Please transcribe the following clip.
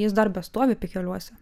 jis dar bestovi pikeliuose